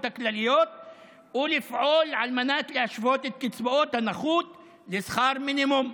הכלליות ולפעול על מנת להשוות את קצבאות הנכות לשכר מינימום.